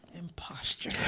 Imposture